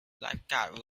lifeguards